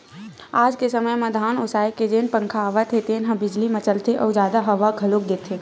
आज के समे म धान ओसाए के जेन पंखा आवत हे तेन ह बिजली म चलथे अउ जादा हवा घलोक देथे